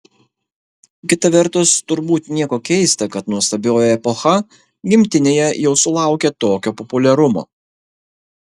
kita vertus turbūt nieko keista kad nuostabioji epocha gimtinėje jau sulaukė tokio populiarumo